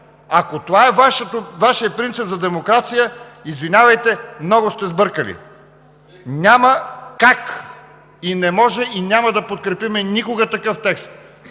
Ако това е Вашият принцип за демокрация, извинявайте, много сте сбъркали! Няма как, не може и няма да подкрепим никога такъв текст.